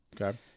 Okay